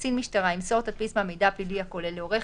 קצין משטרה ימסור תדפיס מהמידע הפלילי הכולל לעורך